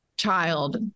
child